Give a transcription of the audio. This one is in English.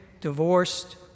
divorced